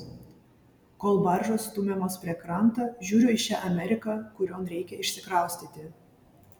kol baržos stumiamos prie kranto žiūriu į šią ameriką kurion reikia išsikraustyti